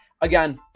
Again